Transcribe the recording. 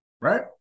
Right